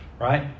Right